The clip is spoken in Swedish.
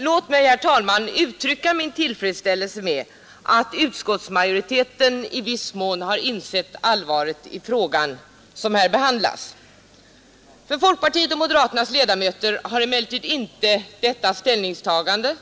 Låt mig, herr talman, uttrycka min tillfredsställelse med att utskottsmajoriteten i viss mån har insett allvaret i den fråga som här behandlas. För folkpartiets och moderaternas ledamöter har emellertid inte detta ställningstagande